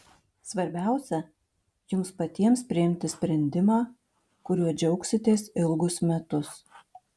svarbiausia jums patiems priimti sprendimą kuriuo džiaugsitės ilgus metus